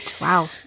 Wow